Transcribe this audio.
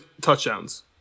touchdowns